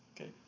Okay